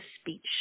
speech